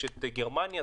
גרמניה,